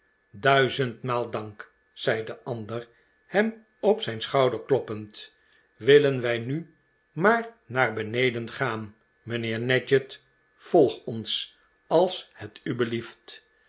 duizendmaal dank zei de ander hem op zijn schouder kloppend willen wij nu maar naar beneden gaan mijnheer nadgett volg ons als het u belieft